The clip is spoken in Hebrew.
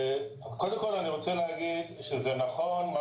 קודם כל אני רוצה להגיד שזה נכון מה